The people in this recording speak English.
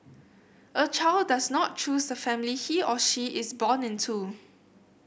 a child does not choose the family he or she is born into